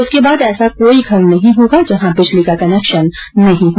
इसके बाद ऐसा कोई घर नहीं होगा जहां बिजली का कनेक्शन नहीं हो